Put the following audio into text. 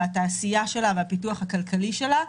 התעשייה שלה והפיתוח הכלכלי שלה.